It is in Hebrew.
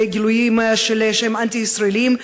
בגילויים שהם אנטי-ישראליים,